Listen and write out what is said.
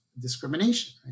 discrimination